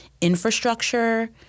infrastructure